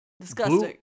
disgusting